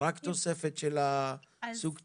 רק תוספת של סוג טעינה.